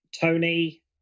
tony